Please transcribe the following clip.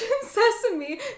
sesame